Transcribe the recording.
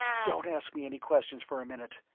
don't ask me any questions for a minute.